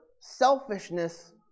selfishness